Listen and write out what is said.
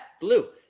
blue